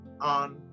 on